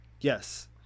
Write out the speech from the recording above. Yes